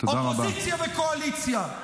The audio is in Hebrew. אופוזיציה וקואליציה,